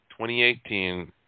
2018